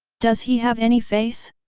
does he have any face?